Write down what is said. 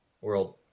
world